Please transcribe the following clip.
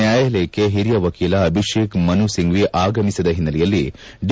ನ್ನಾಯಾಲಯಕ್ಕೆ ಹಿರಿಯ ವಕೀಲ ಅಭಿಷೇಕ್ ಮನು ಸಿಂಫ್ಟಿ ಆಗಮಿಸದ ಹಿನ್ನಲೆಯಲ್ಲಿ ಡಿ